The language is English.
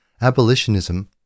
abolitionism